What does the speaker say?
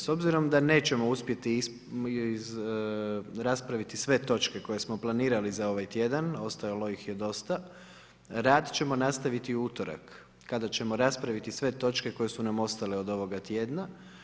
S obzirom da nećemo uspjeti raspraviti sve točke koje smo planirali za ovaj tjedan ostalo ih je dosta, rad ćemo nastaviti u utorak kada ćemo raspraviti sve točke koje su nam ostale od ovoga tjedna.